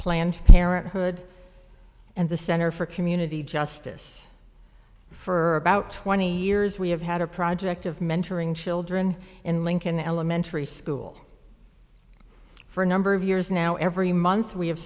planned parenthood and the center for community justice for about twenty years we have had a project of mentoring children in lincoln elementary school for a number of years now every month we have